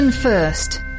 First